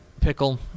Pickle